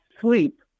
sleep